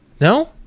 No